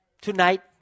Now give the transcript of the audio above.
tonight